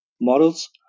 models